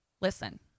Listen